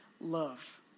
love